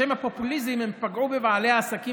בשם הפופוליזם הם פגעו בבעלי העסקים